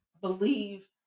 believe